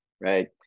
right